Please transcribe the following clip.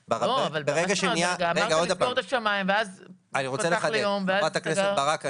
--- אמרתם לסגור את השמים --- חברת הכנסת ברק,